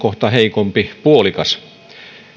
kohta heikompi puolikas